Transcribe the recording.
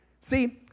See